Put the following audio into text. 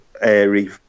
airy